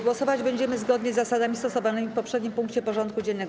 Głosować będziemy zgodnie z zasadami stosowanymi w poprzednim punkcie porządku dziennego.